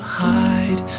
hide